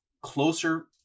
closer